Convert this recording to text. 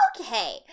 Okay